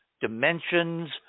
dimensions